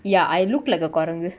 ya I looked like a கொரங்கு:korangu